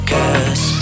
Cause